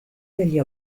degli